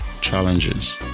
challenges